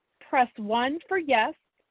press one for yes,